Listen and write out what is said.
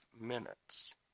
minutes